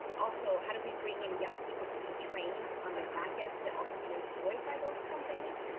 also how do we bring in young people to be trained on the back end to also be employed by those companies?